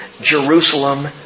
Jerusalem